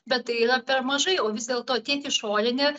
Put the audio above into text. bet tai yra per mažai o vis dėlto tiek išorinė